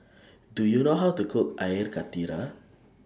Do YOU know How to Cook Air Karthira